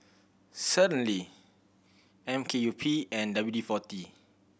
Certainty M K U P and W forty